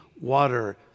water